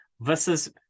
versus